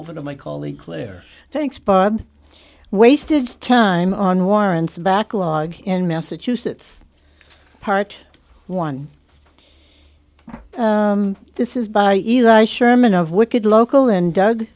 over to my colleague claire thanks bob wasted time on warrants a backlog in massachusetts part one this is by eli sherman of wicked local and doug